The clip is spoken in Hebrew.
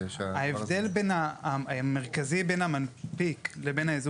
ההבדל המרכזי בין המנפיק לבין הייזום